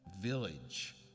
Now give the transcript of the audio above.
village